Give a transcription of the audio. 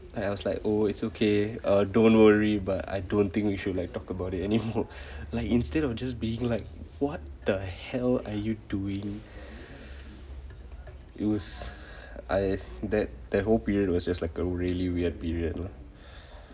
and I was like oh it's okay uh don't worry but I don't think you should like talk about it anymore like instead of just being like what the hell are you doing it was I that that whole period was just like a really weird period lah